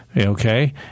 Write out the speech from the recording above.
okay